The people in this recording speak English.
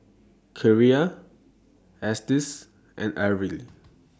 Kierra Estes and Arly